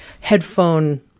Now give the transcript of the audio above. headphone